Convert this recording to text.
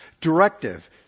directive